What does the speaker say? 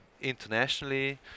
internationally